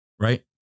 right